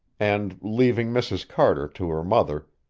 and, leaving mrs. carter to her mother,